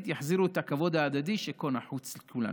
יחזירו את הכבוד ההדדי שכה נחוץ לכולנו.